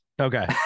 Okay